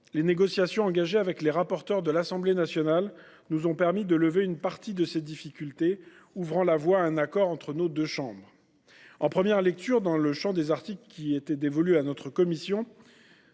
Les négociations engagées avec les rapporteurs de l’Assemblée nationale nous ont permis de lever une partie de ces difficultés, ouvrant la voie à un accord entre nos deux chambres. En première lecture, dans le champ des articles qui étaient dévolus à notre commission,